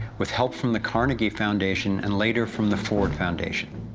with help from the carnegie foundation and later from the ford foundation.